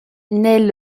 naît